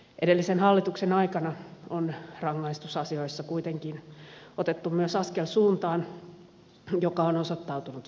edellisen hallituksen aikana on rangaistusasioissa kuitenkin otettu myös askel suuntaan joka on osoittautunut vääräksi